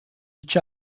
each